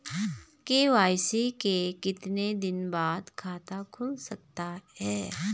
KYC के कितने दिन बाद खाता खुल सकता है?